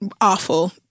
awful